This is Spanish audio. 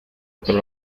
otro